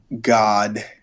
God